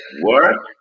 work